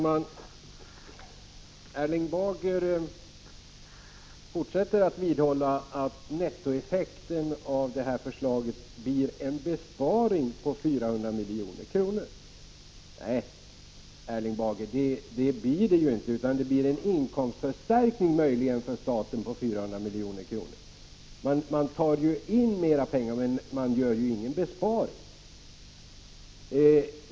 Herr talman! Erling Bager vidhåller att nettoeffekten av förslaget blir en besparing på 400 milj.kr. Nej, Erling Bager, det blir det inte. Möjligen blir det en inkomstförstärkning för staten på 400 milj.kr. Man tar ju in mera pengar, men man gör ingen besparing.